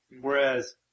Whereas